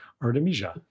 artemisia